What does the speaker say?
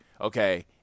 okay